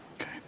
Okay